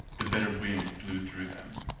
the bitter wind blew through them.